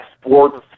sports